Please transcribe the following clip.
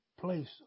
place